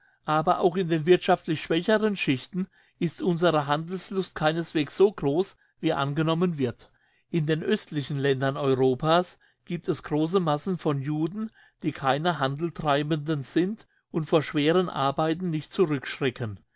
aber auch in den wirthschaftlich schwächeren schichten ist unsere handelslust keineswegs so gross wie angenommen wird in den östlichen ländern europas gibt es grosse massen von juden die keine handeltreibenden sind und vor schweren arbeiten nicht